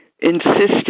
insisted